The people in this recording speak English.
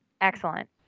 excellent